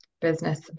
business